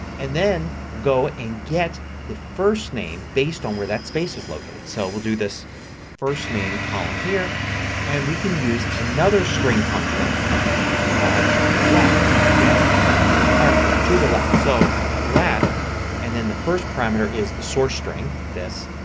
and then we'll go and get the first name based on where that space is located. so we'll do this first name column here and we can use another string function called left to get the characters to the left. so left and then the first parameter is source-string, this,